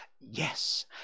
Yes